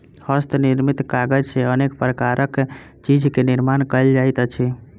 हस्त निर्मित कागज सॅ अनेक प्रकारक चीज के निर्माण कयल जाइत अछि